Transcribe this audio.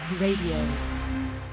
radio